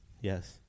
Yes